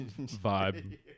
vibe